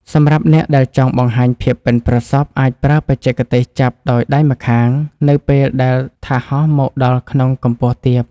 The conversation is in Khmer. សម្រាប់អ្នកដែលចង់បង្ហាញភាពប៉ិនប្រសប់អាចប្រើបច្ចេកទេសចាប់ដោយដៃម្ខាងនៅពេលដែលថាសហោះមកដល់ក្នុងកម្ពស់ទាប។